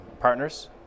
partners